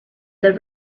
the